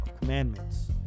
commandments